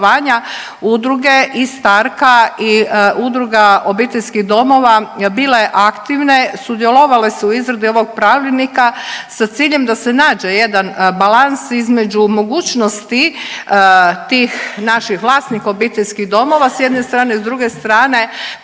udruge i Starka i Udruga obiteljskih domova bila je aktivne, sudjelovale su u izradi ovog pravilnika sa ciljem da se nađe jedan balans između mogućnosti tih naših vlasnika obiteljskih domova s jedne strane, s druge strane